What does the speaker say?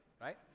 right